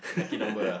lucky number ah